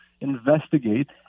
investigate